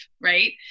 right